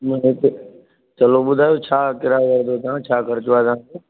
चलो ॿुधायो छा कहिड़ा आहे छा ख़र्चु आहे तव्हांजो